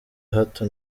hato